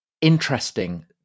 interesting